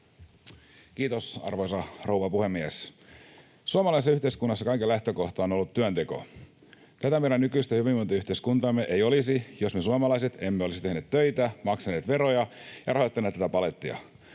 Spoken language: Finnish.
Kiitos, arvoisa rouva puhemies! Suomalaisessa yhteiskunnassa kaiken lähtökohta on ollut työnteko. Tätä meidän nykyistä hyvinvointiyhteiskuntaamme ei olisi, jos me suomalaiset emme olisi tehneet töitä, maksaneet veroja ja rahoittaneet tätä palettia.